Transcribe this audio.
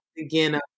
again